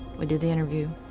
we did the interview.